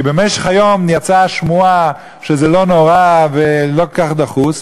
כי במשך היום יצאה השמועה שזה לא נורא ולא כל כך דחוס,